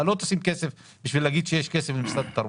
אתה לא תשים כסף כדי להגיד שיש כסף למשרד התרבות.